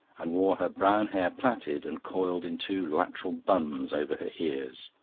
and wore her brown hair plaited and coiled in two lateral buns over her ears.